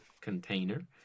container